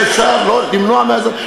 שאפשר למנוע מהאזרח,